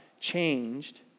Changed